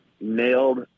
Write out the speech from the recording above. nailed